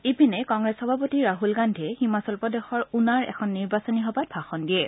ইপিনে কংগ্ৰেছ সভাপতি ৰাহুল গান্ধীয়ে হিমাচল প্ৰদেশৰ উনাৰ এখন নিৰ্বাচনী সভাত ভাষণ দিয়ে